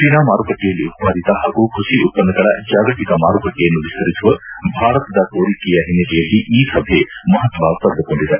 China ಮಾರುಕಟ್ಲೆಯಲ್ಲಿ ಉತ್ಪಾದಿತ ಹಾಗೂ ಕೃಷಿ ಉತ್ಪನ್ನಗಳ ಜಾಗತಿಕ ಮಾರುಕಟ್ಲೆಯನ್ನು ವಿಸ್ತರಿಸುವ ಭಾರತದ ಕೋರಿಕೆಯ ಹಿನ್ನೆಲೆಯಲ್ಲಿ ಈ ಸಭೆ ಮಹತ್ವ ಪಡೆದುಕೊಂಡಿದೆ